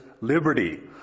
liberty